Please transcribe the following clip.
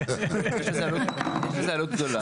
יש לזה עלות גדולה,